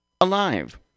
alive